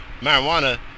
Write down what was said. Marijuana